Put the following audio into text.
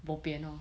bo pian lor